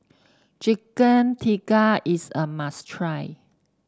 Chicken Tikka is a must try